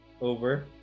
over